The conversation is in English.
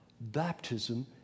baptism